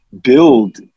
build